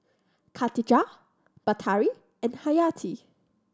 Katijah Batari and Haryati